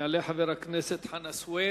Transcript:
יעלה חבר הכנסת חנא סוייד,